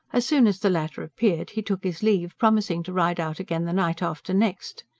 as soon as the latter appeared he took his leave, promising to ride out again the night after next.